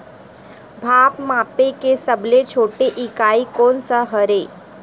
भार मापे के सबले छोटे इकाई कोन सा हरे?